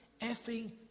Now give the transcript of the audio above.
effing